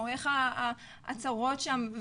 או איך ההצהרות שם,